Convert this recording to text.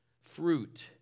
fruit